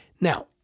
Now